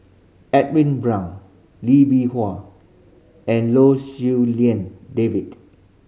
Edwin Brown Lee Bee Wah and Lou Siew Lian David